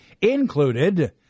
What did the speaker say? included